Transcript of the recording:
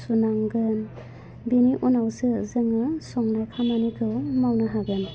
सुनांगोन बिनि उनावसो जोङो संनाय खामानिखौ मावनो हागोन